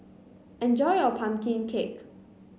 enjoy your pumpkin cake